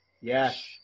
Yes